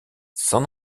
san